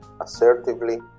assertively